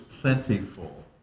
plentiful